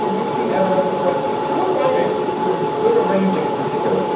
yeah may seem evanescent, but good writing. this is ah good arranging in particular,